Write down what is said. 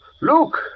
Look